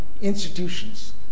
institutions